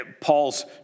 Paul's